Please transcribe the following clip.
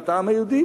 מדינת העם היהודי,